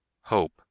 Hope